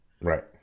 Right